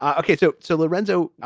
ah ok. so so lorenzo